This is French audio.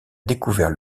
découvert